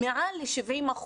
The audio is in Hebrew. מעל ל-70%.